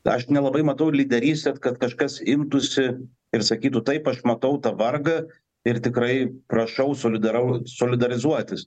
tą aš nelabai matau lyderystės kad kažkas imtųsi ir sakytų taip aš matau tą vargą ir tikrai prašau solidarau solidarizuotis